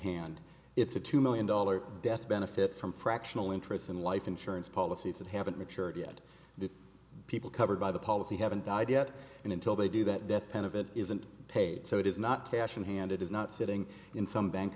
hand it's a two million dollars death benefit from fractional interest in life insurance policies that haven't maturity yet the people covered by the policy haven't died yet and until they do that death benefit isn't paid so it is not cash in hand it is not sitting in some bank